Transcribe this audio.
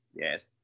yes